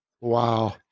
Wow